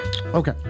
Okay